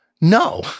No